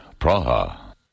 Praha